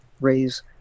raise